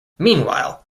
meanwhile